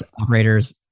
operators